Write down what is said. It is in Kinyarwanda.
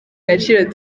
gaciro